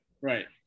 right